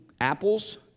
apples